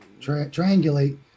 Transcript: triangulate